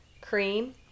Cream